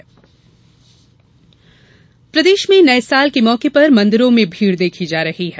नववर्ष प्रदेश में नए साल के मौके पर मंदिरों में भीड़ देखी जा रही है